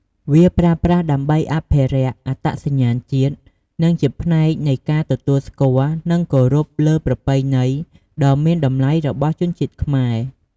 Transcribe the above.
វាប្រើប្រាស់ដើម្បីអភិរក្សអត្តសញ្ញាណជាតិ និងជាផ្នែកមួយនៃការទទួលស្គាល់និងគោរពលើប្រពៃណីដ៏មានតម្លៃរបស់ជនជាតិខ្មែរ។